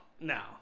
no